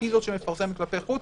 היא זו שמפרסמת כלפי חוץ.